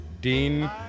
Dean